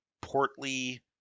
portly